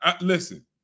Listen